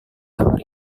kamar